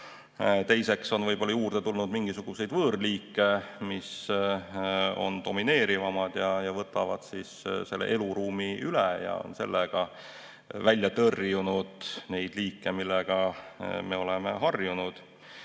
Teiseks võib olla juurde tulnud mingisuguseid võõrliike, mis on domineerivamad, võtavad eluruumi üle ja on välja tõrjunud neid liike, millega me oleme harjunud.